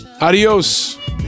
Adios